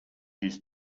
his